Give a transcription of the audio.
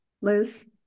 Liz